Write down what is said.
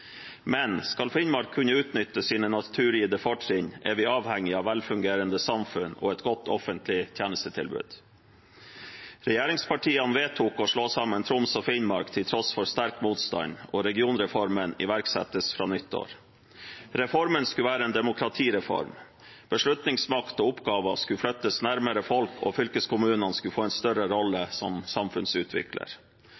Men skal Finnmark kunne utnytte sine naturgitte fortrinn, er vi avhengige av velfungerende samfunn og et godt offentlig tjenestetilbud. Regjeringspartiene vedtok å slå sammen Troms og Finnmark til tross for sterk motstand, og regionreformen iverksettes fra nyttår. Reformen skulle være en demokratireform. Beslutningsmakt og oppgaver skulle flyttes nærmere folk, og fylkeskommunene skulle få en større rolle